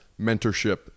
mentorship